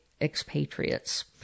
expatriates